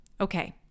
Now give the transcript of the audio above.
Okay